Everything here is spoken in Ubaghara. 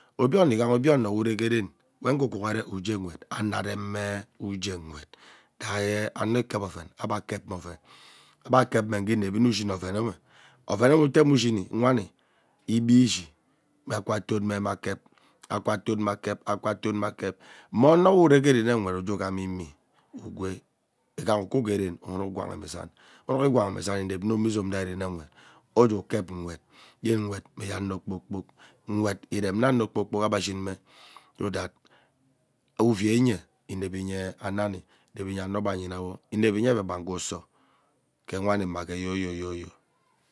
Obie ono ughaha obie ono we uregeren we nghee ugwugere ugee nwet ani areme uje nwet-vahi ano ikep oven agbe kep me oven, ebe kep me nghee inevi innee uyini ovenewe oven ewe iteme ushini nwani igbii ishi mme akwa toon meme akep akwa toon me akep akwa toome akep mmo onowe uvee rene nwet ujee ughama imie ugwee ighaa ukwu geren unuk gwang me izang unukai gwangme izang, inep mme ime izom zei vene nwet uju ukep nwet yene uwet mme yaha ano kpoor kpok nwet irem mma ano kpoor kpok ishin mme so that uvai nye inep enye amani inep enye ano Be anyena wo inep enye Biakpan ku uso ke wani mme ke yoyoo